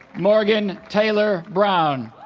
morgan taylor brown